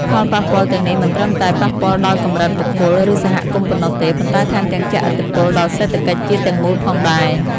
ផលប៉ះពាល់ទាំងនេះមិនត្រឹមតែប៉ះពាល់ដល់កម្រិតបុគ្គល ឬសហគមន៍ប៉ុណ្ណោះទេ ប៉ុន្តែថែមទាំងជះឥទ្ធិពលដល់សេដ្ឋកិច្ចជាតិទាំងមូលផងដែរ។